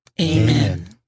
Amen